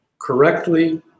correctly